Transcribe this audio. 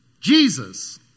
Jesus